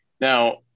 now